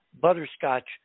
butterscotch